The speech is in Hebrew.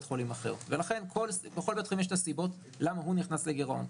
חולים אחר ולכן לכל בית חולים יש את הסיבות למה הוא נכנס לגירעון.